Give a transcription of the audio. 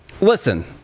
listen